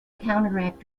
counteract